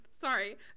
Sorry